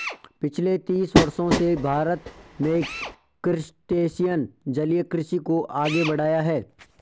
पिछले तीस वर्षों से भारत में क्रस्टेशियन जलीय कृषि को आगे बढ़ाया है